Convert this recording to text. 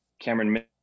cameron